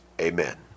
Amen